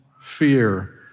fear